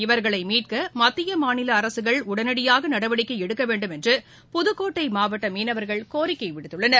இவர்களை மீட்க மத்திய மாநில அரசுகள் உடனடியாக நடவடிக்கை எடுக்க வேண்டும் என்று புதுக்கோட்டை மாவட்ட மீனவர்கள் கோரிக்கை விடுத்துள்ளனர்